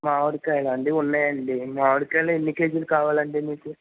మామిడికాయలా అండి ఉన్నాయండి మామిడికాయలు ఎన్ని కేజీలు కావాలండి మీకు